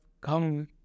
come